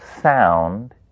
sound